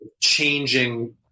changing